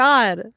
God